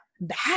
bad